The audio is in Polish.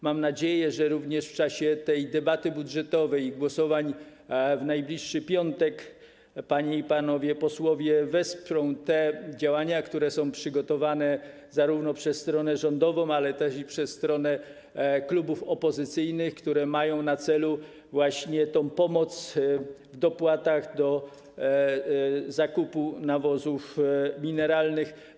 Mam nadzieję, że również w czasie tej debaty budżetowej i głosowań w najbliższy piątek panie i panowie posłowie wesprą działania, które są przygotowane zarówno przez stronę rządową, jak i kluby opozycyjne, i które mają na celu właśnie tę pomoc w dopłatach do zakupu nawozów mineralnych.